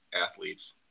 athletes